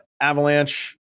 Avalanche